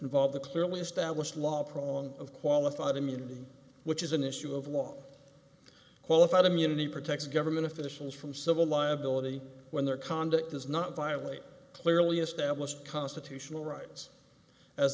prong of qualified immunity which is an issue of law qualified immunity protects government officials from civil liability when their conduct does not violate clearly established constitutional rights as